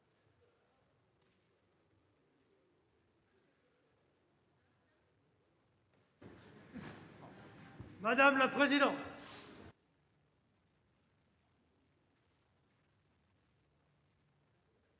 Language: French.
Madame la présidente,